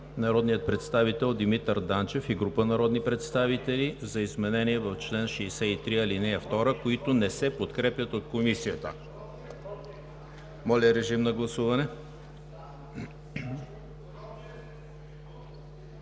народния представител Димитър Данчев и група народни представители за изменение в чл. 63, ал. 2, които не се подкрепят от Комисията. Гласували